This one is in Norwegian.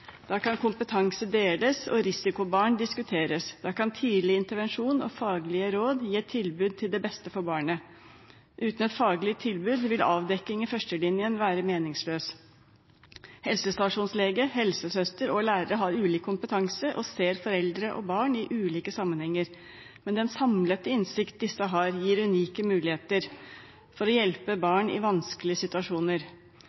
Da kan kompetanse deles og risikobarn diskuteres. Da kan tidlig intervensjon og faglige råd være et tilbud til det beste for barnet. Uten et faglig tilbud vil avdekking i førstelinjen være meningsløs. Helsestasjonslege, helsesøster og lærere har ulik kompetanse og ser foreldre og barn i ulike sammenhenger. Men den samlede innsikten disse har, gir unike muligheter for å hjelpe barn i vanskelige situasjoner.